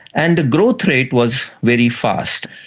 and the growth rate was very fast.